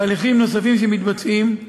תהליכים נוספים שמתבצעים: